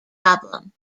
problem